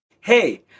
Hey